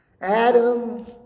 Adam